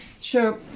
sure